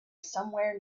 somewhere